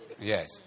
Yes